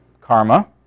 Karma